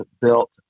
built